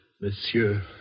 Monsieur